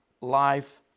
life